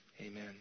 Amen